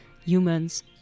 humans